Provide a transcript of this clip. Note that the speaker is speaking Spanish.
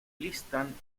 listan